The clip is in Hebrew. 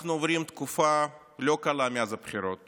אנחנו עוברים תקופה לא קלה מאז הבחירות.